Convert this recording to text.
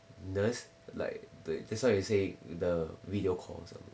nurse like the just now you say the video call or something